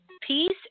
Peace